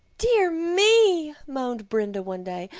dear me! moaned brenda one day,